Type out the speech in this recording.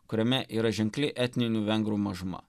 kuriame yra ženkli etninių vengrų mažuma